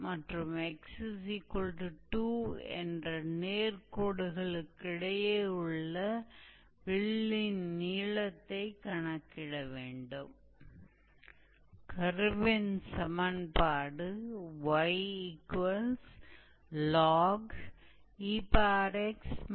तो यह latus rectum है और यह चरम बिंदु 2a है और वहां से हम 0 से 2a तक इंटेग्रेट करके लंबाई की गणना कर सकते हैं और हम इस सूत्र का उपयोग करते हैं